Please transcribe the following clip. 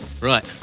Right